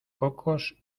pocos